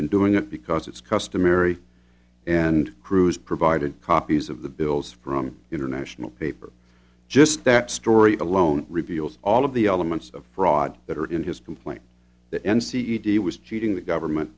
been doing it because it's customary and cruise provided copies of the bills from international paper just that story alone reveals all of the elements of fraud that are in his complaint the n c e d was cheating the government